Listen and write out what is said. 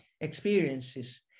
experiences